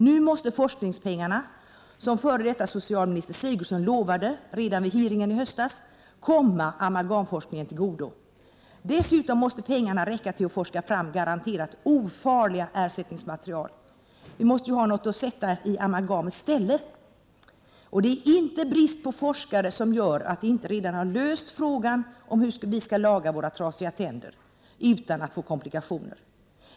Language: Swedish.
Nu måste forskningspengarna, som före detta socialminister Gertrud Sigurdsen lovade redan vid en hearing i höstas, komma amalgamforskningen till godo. Dessutom måste pengarna räcka till för att forskningen skall kunna ta fram garanterat ofarliga ersättningsmaterial. Vi måste ju ha något att sätta i amalgamets ställe. Det är inte brist på forskare som har gjort att man inte redan har kunnat lösa frågan om hur vi skall laga våra trasiga tänder utan att få komplikationer.